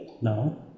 no